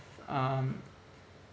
um